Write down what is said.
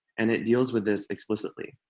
and it deals with this explicitly.